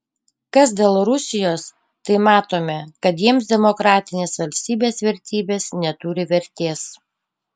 kas dėl rusijos tai matome kad jiems demokratinės valstybės vertybės neturi vertės